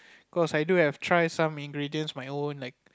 cause I do have try some ingredients my own